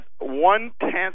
one-tenth